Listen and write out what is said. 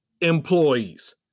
employees